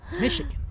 Michigan